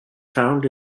found